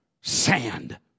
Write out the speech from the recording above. sand